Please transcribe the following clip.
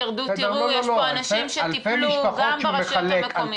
יש פה אנשים שטיפלו גם ברשויות המקומיות.